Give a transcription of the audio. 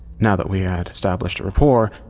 now that we had established a rapport,